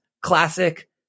classic